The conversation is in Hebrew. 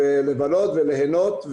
לבלות וליהנות.